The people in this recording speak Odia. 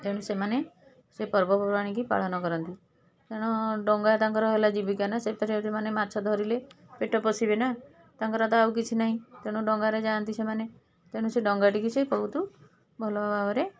ତେଣୁ ସେମାନେ ସେ ପର୍ବପର୍ବାଣୀକି ପାଳନ କରନ୍ତି ତେଣୁ ଡ଼ଙ୍ଗା ତାଙ୍କର ହେଲା ଜୀବିକା ନା ସେଥିରେ ସେମାନେ ମାଛ ଧରିଲେ ପେଟ ପୋଷିବେ ନା ତାଙ୍କର ତ ଆଉ କିଛି ନାହିଁ ତେଣୁ ଡଙ୍ଗାରେ ଯାଆନ୍ତି ସେମାନେ ତେଣୁ ସେ ଡଙ୍ଗାଟିକି ସେ ବହୁତ ଭଲଭାବରେ